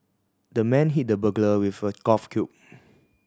the man hit the burglar with a golf